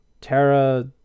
Terra